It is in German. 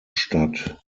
statt